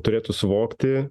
turėtų suvokti